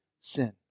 sin